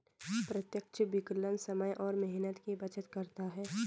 प्रत्यक्ष विकलन समय और मेहनत की बचत करता है